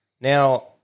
Now